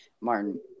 Martin